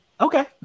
Okay